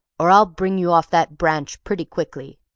or i'll bring you off that branch pretty quickly.